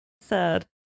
sad